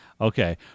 Okay